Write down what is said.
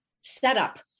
setup